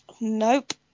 Nope